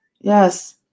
Yes